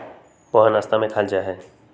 पोहा नाश्ता में खायल जाहई